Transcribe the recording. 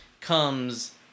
comes